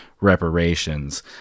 Reparations